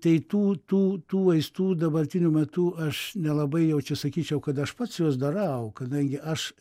tai tų tų tų vaistų dabartiniu metu aš nelabai jau čia sakyčiau kad aš pats juos darau kadangi aš